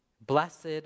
Blessed